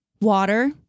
Water